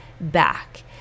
back